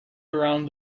around